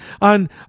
on